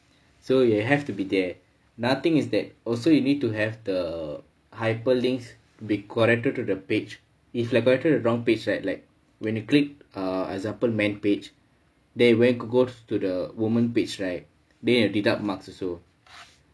so you have to be there nothing is that also you need to have the hyperlinks be connected to the page if connected to the wrong page right like when you click err example men page then it went goes to the woman page right they will deduct marks also